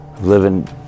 living